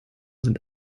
sind